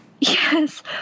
Yes